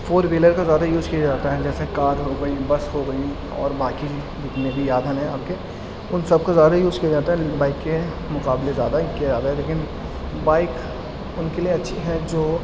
four wheeler کا زیادہ use کیا جاتا ہے جیسے کار ہو گئیں بس ہو گئیں اور باقی جتنے بھی سادھن ہیں آپ کے ان سب کا زیادہ یوز کیا جاتا ہے بائیک کے مقابلے زیادہ کیا جاتا ہے لیکن بائیک ان کے لیے اچھی ہے جو